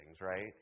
right